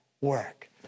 work